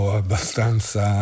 abbastanza